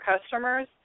customers